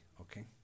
okay